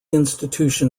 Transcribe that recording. institution